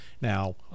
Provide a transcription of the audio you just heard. Now